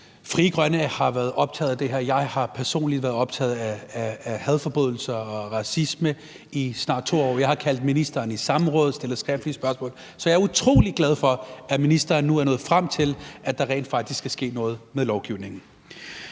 Frie Grønne har været optaget af det her, og jeg har personligt været optaget af hadforbrydelser og racisme i snart 2 år. Jeg har kaldt ministeren i samråd og stillet skriftlige spørgsmål. Så jeg er utrolig glad for, at ministeren nu er nået frem til, at der rent faktisk skal ske noget med lovgivningen.